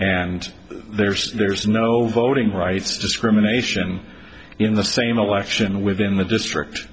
and there's there's no voting rights discrimination in the same election within the district